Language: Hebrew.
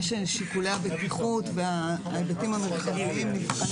ששיקולי הבטיחות וההיבטים המרחביים נבחנים